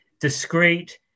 discrete